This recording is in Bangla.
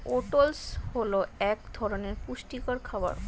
ওট্স হল এক ধরনের পুষ্টিকর খাবার